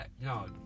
No